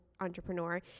Entrepreneur